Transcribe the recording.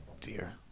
dear